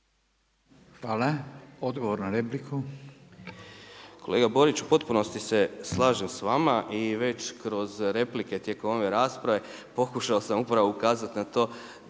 Bulj, odgovor na repliku.